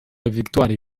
victoire